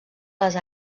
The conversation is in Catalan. les